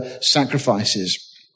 sacrifices